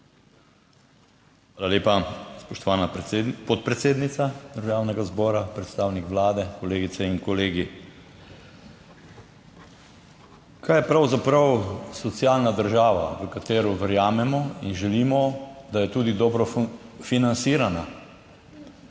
Hvala lepa, spoštovana podpredsednica Državnega zbora. Predstavnik Vlade, kolegice in kolegi! Kaj je pravzaprav socialna država, v katero verjamemo in želimo, da je tudi dobro financirana? Socialna